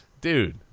Dude